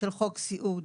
של חוק סיעוד,